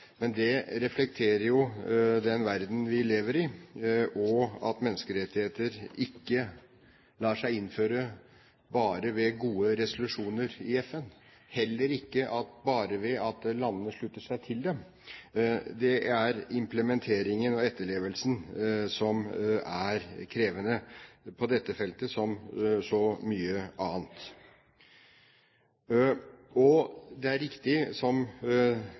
Men den verdenen vi lever i, reflekterer jo at menneskerettigheter ikke lar seg innføre bare ved gode resolusjoner i FN, heller ikke bare ved at landene slutter seg til dem. Det er implementeringen og etterlevelsen som er krevende – på dette feltet som på så mange andre felt. Det er riktig, som